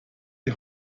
die